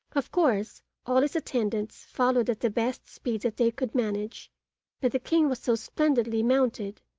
of course all his attendants followed at the best speed that they could manage but the king was so splendidly mounted,